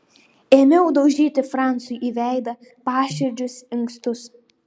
ėmiau daužyti francui į veidą paširdžius inkstus